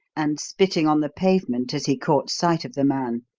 and spitting on the pavement as he caught sight of the man.